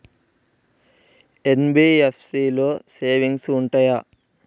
NBFC లో savings ఉంటయా?